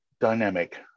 dynamic